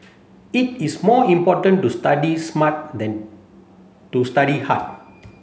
it is more important to study smart than to study hard